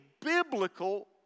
biblical